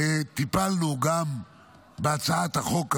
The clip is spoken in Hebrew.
טיפלנו גם בהצעת החוק הזאת.